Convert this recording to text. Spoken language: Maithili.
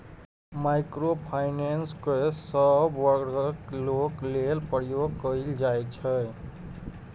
माइक्रो फाइनेंस केँ सब बर्गक लोक लेल प्रयोग कएल जाइ छै